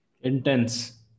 Intense